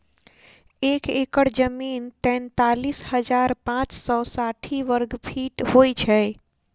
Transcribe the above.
एक एकड़ जमीन तैँतालिस हजार पाँच सौ साठि वर्गफीट होइ छै